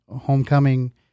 homecoming